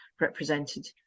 represented